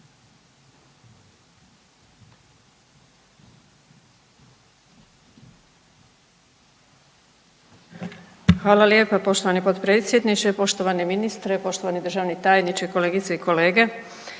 Hvala lijepo poštovani predsjedavajući, uvaženi ministre sa državnim tajnikom, kolegice i kolege